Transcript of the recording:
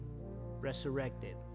resurrected